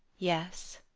yes.